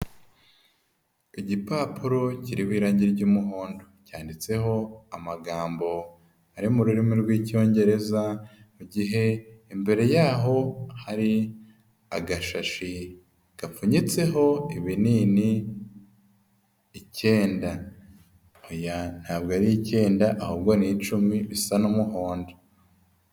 Igipapuro kiriho irage ry'umuhondo, cyanditseho amagambo ari mu rurimi rw'Icyongereza, mu gihe imbere y'aho hari agashashi gapfunyitseho ibinini icyenda, hoya ntabwo ari icyenda ahubwo ni icumi bisa n'umuhondo.